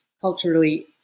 culturally